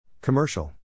Commercial